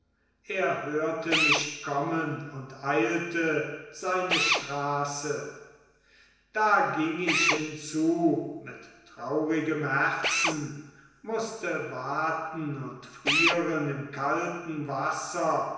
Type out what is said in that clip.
er hörte mich kommen und eilte seine straße da ging ich hinzu mit traurigem herzen mußte waten und frieren im kalten wasser